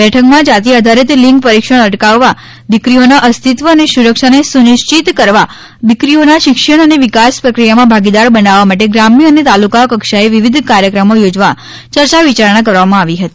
બેઠકમાં જાતિ આધારિત લિંગ પરિક્ષણ અટકાવવા દિકરીઓના અસ્તિવ અને સુરક્ષાને સુનિશ્ચિત કરવા દિકરીઓના શિક્ષણ અને વિકાસ પ્રક્રિયામાં ભાગીદાર બનાવવા માટે ગ્રામ્ય અને તાલુકા કક્ષાએ વિવિધ કાર્યક્રમો યોજવા ચર્ચા વિચારણા કરવામાં આવી હતી